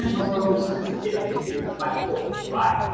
and wasn't overly sophisticated, was picked up by forbes. why?